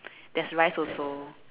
there's rice also